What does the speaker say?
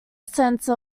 sense